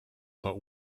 but